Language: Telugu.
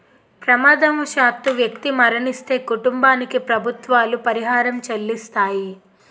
ప్రమాదవశాత్తు వ్యక్తి మరణిస్తే కుటుంబానికి ప్రభుత్వాలు పరిహారం చెల్లిస్తాయి